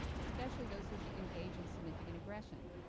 especially those who engage in significant aggression.